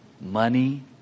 money